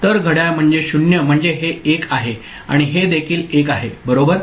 तर घड्याळ म्हणजे 0 म्हणजे हे 1 आहे आणि हे देखील 1 आहे बरोबर